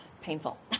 painful